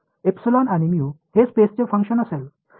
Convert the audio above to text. आणि हे स्पेसचे फंक्शन असेल